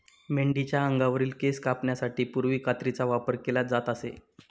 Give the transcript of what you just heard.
मेंढीच्या अंगावरील केस कापण्यासाठी पूर्वी कात्रीचा वापर केला जात असे